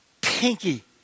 pinky